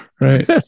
Right